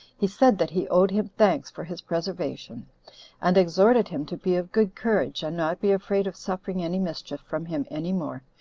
he said that he owed him thanks for his preservation and exhorted him to be of good courage, and not be afraid of suffering any mischief from him any more,